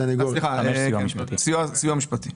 סיוע משפטי.